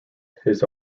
his